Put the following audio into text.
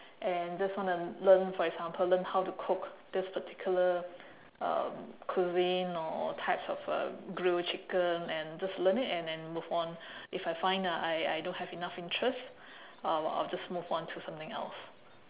and just want to learn for example learn how to cook this particular um cuisine or or types of uh grilled chicken and just learn it and then move on if I find uh I I don't have enough interest I I'll just move on to something else